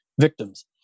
victims